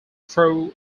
throw